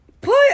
Put